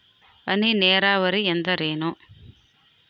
ಹನಿ ನೇರಾವರಿ ಎಂದರೇನು?